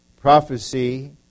prophecy